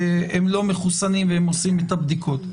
שהם לא מחוסנים ועושים את הבדיקות,